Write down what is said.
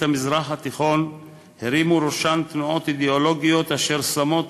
המזרח התיכון הרימו ראשן תנועות אידיאולוגיות אשר שמות